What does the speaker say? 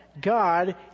God